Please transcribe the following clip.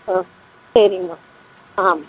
ஆ சரிங்கம்மா ஆ